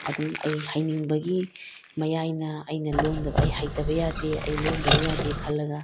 ꯑꯗꯨꯝ ꯑꯩ ꯍꯩꯅꯤꯛꯕꯒꯤ ꯃꯌꯥꯏꯅ ꯑꯩꯅ ꯂꯣꯟꯗꯕ ꯑꯩ ꯍꯩꯇꯕ ꯌꯥꯗꯦ ꯑꯩ ꯂꯣꯟꯗꯕ ꯌꯥꯗꯦ ꯈꯜꯂꯒ